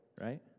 right